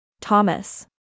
Thomas